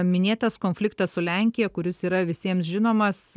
minėtas konfliktas su lenkija kuris yra visiems žinomas